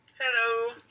Hello